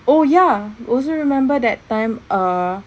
oh ya also remember that time err